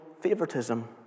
favoritism